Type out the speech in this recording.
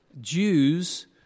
Jews